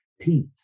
peace